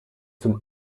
zum